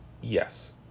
Yes